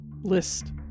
list